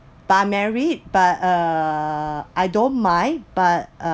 primary but err I don't mind uh